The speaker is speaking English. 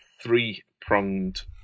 three-pronged